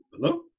hello